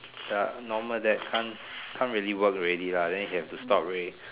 ya normal dad can't can't really work already lah then they have to stop ray